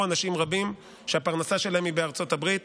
אנשים רבים שהפרנסה שלהם היא בארצות הברית.